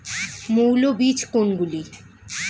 মৌল বীজ কোনগুলি?